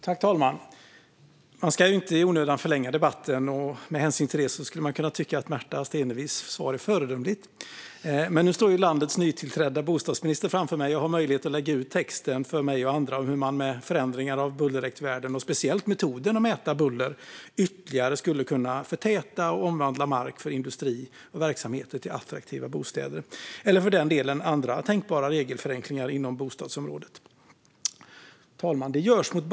Fru talman! Man ska inte i onödan förlänga debatten, och med hänsyn till det skulle man kunna tycka att Märta Stenevis svar är föredömligt. Men nu står landets nytillträdda bostadsminister framför mig och har möjlighet att lägga ut texten för mig och andra om hur man med förändringar av bullerriktvärden och speciellt av metoden att mäta buller ytterligare skulle kunna förtäta och omvandla mark för industri och verksamheter till mark för attraktiva bostäder. Det kan för den delen handla om andra tänkbara regelförenklingar inom bostadsområdet. Fru talman!